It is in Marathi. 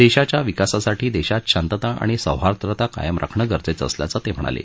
देशाच्या विकासासाठी देशात शांतता आणि सौहार्द्रता कायम राखणं गरजेचं असल्याचं ते म्हणाले